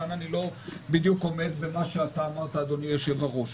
כאן אני לא עומד במה שאתה אמרת אדוני היושב ראש.